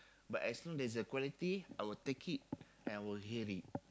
but as long as there is the quality I will take it and I will hear it